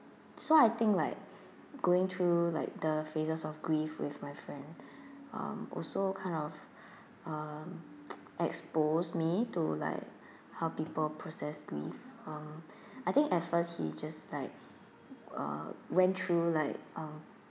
so I think like going through like the phases of grief with my friend um also kind of um exposed me to like how people process grief um I think at first he just like uh went through like uh